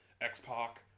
X-Pac